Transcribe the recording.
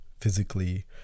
physically